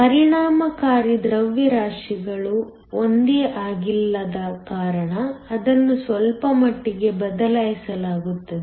ಪರಿಣಾಮಕಾರಿ ದ್ರವ್ಯರಾಶಿಗಳು ಒಂದೇ ಆಗಿಲ್ಲದ ಕಾರಣ ಅದನ್ನು ಸ್ವಲ್ಪಮಟ್ಟಿಗೆ ಬದಲಾಯಿಸಲಾಗುತ್ತದೆ